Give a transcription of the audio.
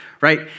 right